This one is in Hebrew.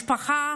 המשפחה,